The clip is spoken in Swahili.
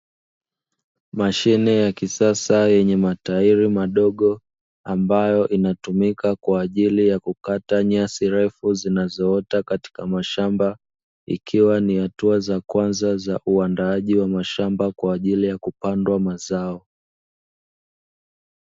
Mashine ya kisasa yenye matairi madogo ambayo inatumika kwa ajili ya kukata nyasi refu zinazoota katika mashamba ikiwa ni hatua za kwanza za uandaaji wa shamba kwa ajili ya kupandwa mazao.